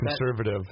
conservative